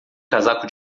casaco